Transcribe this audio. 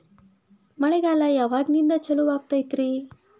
ಮಳೆಗಾಲ ಯಾವಾಗಿನಿಂದ ಚಾಲುವಾಗತೈತರಿ?